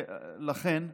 לכן,